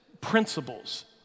principles